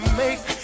make